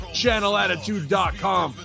channelattitude.com